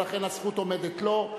ולכן הזכות עומדת לו.